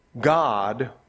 God